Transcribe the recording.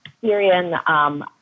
Syrian